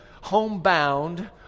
homebound